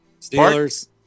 Steelers